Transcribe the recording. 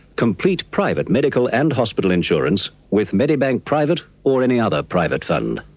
complete private medical and hospital insurance with medibank private, or any other private fund.